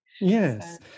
Yes